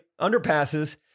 underpasses